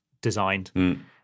designed